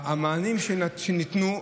המענים שניתנו,